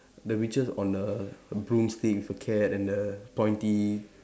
the witches on the broomsticks the cat and the pointy